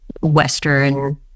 Western